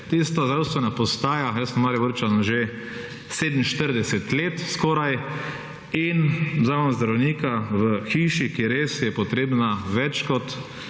tista zdravstvena postaja, jaz sem Mariborčan že 47 let skoraj, in zdaj imam zdravnika v hiši, ki res je potrebna več kot